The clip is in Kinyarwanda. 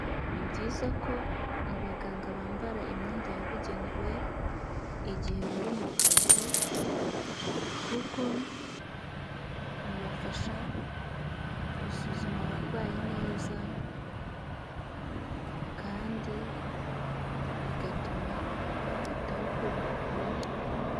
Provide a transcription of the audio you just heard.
Ni byiza ko abaganga bambara imyenda yabugenewe igihe bari mu kazi, kuko bibafasha gusuzuma abarwayi neza, kandi bigatuma babitaho uko bikwiye.